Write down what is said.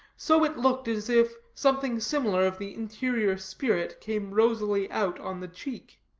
so it looked as if something similar of the interior spirit came rosily out on the cheek.